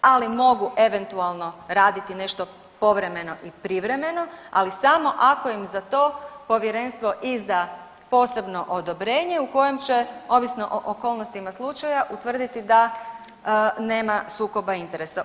Ali mogu eventualno raditi nešto povremeno i privremeno, ali samo ako im za to povjerenstvo izda posebno odobrenje u kojem će ovisno o okolnostima slučaja utvrditi da nema sukoba interesa.